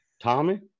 tommy